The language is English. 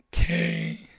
Okay